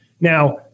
Now